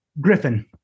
Griffin